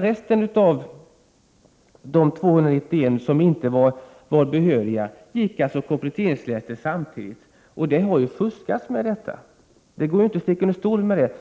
Resten av de 291 som inte var behöriga gick och kompletteringsläste samtidigt. Och det har ju fuskats med detta — det går inte att sticka under stol med det.